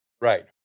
Right